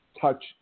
touch